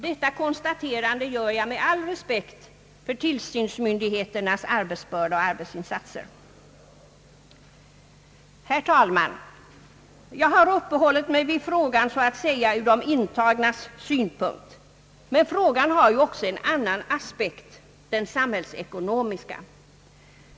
Detta konstaterande gör jag med all respekt för tillsynsmyndigheternas arbetsbörda och arbetsinsatser. Herr talman! Jag har uppehållit mig vid frågan ur så att säga de intagnas synpunkt. Men frågan har ju också en annan aspekt, den samhällsekonomiska.